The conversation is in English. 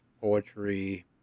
poetry